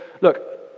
look